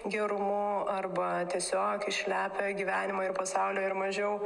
gerumu arba tiesiog išlepę gyvenimo ir pasaulio ir mažiau